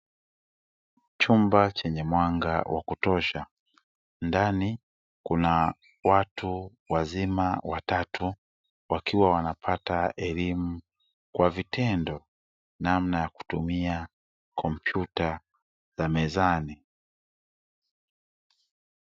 Chumba chenye mwanga wa kutosha ndani kuna watu wazima watatu, wakiwa wanapata elimu kwa vitendo namna ya kutumia kompyuta za mezani.